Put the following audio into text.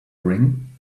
ring